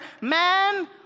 man